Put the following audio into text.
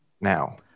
now